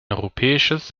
europäisches